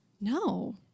No